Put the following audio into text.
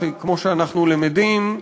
שכמו שאנחנו למדים,